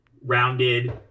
rounded